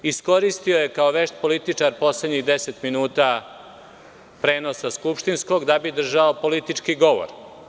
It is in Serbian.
Iskoristio je kao vešt političar poslednjih 10 minuta skupštinskog prenosa da bi držao politički govor.